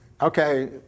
okay